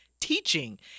teaching